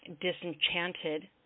disenchanted